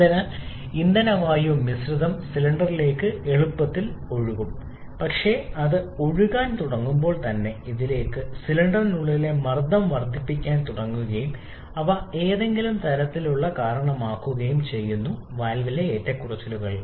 അതിനാൽ ഇന്ധന വായു മിശ്രിതം സിലിണ്ടറിലേക്ക് എളുപ്പത്തിൽ ഒഴുകും പക്ഷേ അത് ഒഴുകാൻ തുടങ്ങുമ്പോൾ തന്നെ ഇതിലേക്ക് സിലിണ്ടറിനുള്ളിലെ മർദ്ദം വർദ്ധിക്കാൻ തുടങ്ങുകയും അവ ഏതെങ്കിലും തരത്തിലുള്ള കാരണമാവുകയും ചെയ്യുന്നു വാൽവിലെ ഏറ്റക്കുറച്ചിലുകൾ